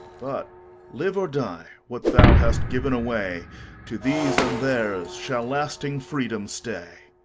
but live or die, what thou hast given away to these and theirs shall lasting freedom stay.